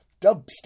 Dubstep